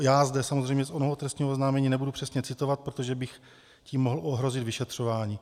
Já zde samozřejmě z onoho trestního oznámení nebudu přesně citovat, protože bych tím mohl ohrozit vyšetřování.